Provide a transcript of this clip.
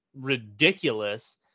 ridiculous